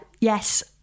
yes